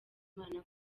imana